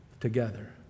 together